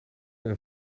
een